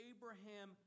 Abraham